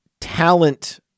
talent